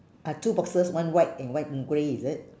ah two boxes one white and one grey is it